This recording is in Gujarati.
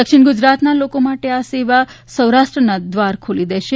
દક્ષિણ ગુજરાતના લોકો માટે આ સેવા સૌરાષ્ટ્રના દ્વાર ખોલી દેશે